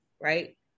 right